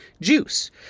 juice